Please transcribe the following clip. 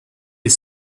est